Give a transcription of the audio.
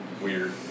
weird